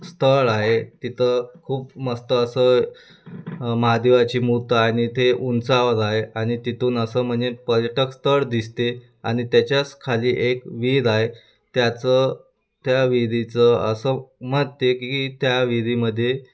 स्थळ आहे तिथं खूप मस्त असं महादेवाची मूर्त आणि ते उंचावर आहे आणि तिथून असं म्हणजे पर्यटक स्थळ दिसते आणि त्याच्याच खाली एक विहिर आहे त्याचं त्या विहिरीचं असं मत आहे की त्या विहिरीमध्ये